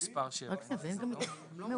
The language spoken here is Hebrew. לא